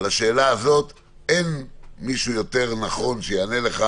על השאלה הזו אין מי שנכון שיענה לך